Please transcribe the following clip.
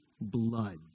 blood